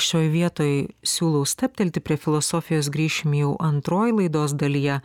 šioj vietoj siūlau stabtelti prie filosofijos grįšim jau antroj laidos dalyje